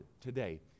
today